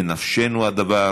בנפשנו הדבר,